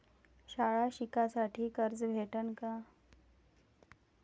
शाळा शिकासाठी कर्ज भेटन का?